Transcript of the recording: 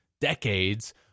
decades